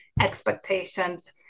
expectations